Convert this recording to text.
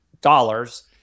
dollars